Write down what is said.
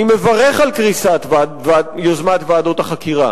אני מברך על קריסת יוזמת ועדות החקירה